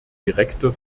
direkte